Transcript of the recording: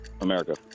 America